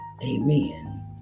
Amen